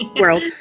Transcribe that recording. world